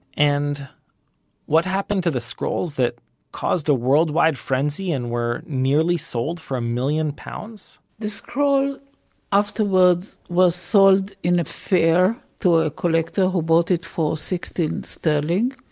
and what happened to the scrolls that caused a worldwide frenzy, and were nearly sold for a million pounds? the scroll afterwards were sold in a fair, to a collector who bought it for sixteen sterling.